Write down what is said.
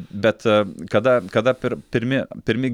bet kada kada per pirmi pirmi